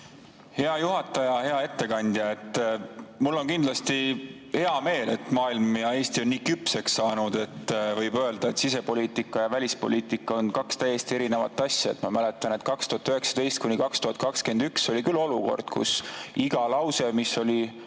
Hea juhataja! Hea ettekandja! Mul on kindlasti hea meel, et maailm ja Eesti on nii küpseks saanud, et võib öelda, et sisepoliitika ja välispoliitika on kaks täiesti erinevat asja. Ma mäletan, et 2019–2021 oli küll olukord, kus iga lause, mis oli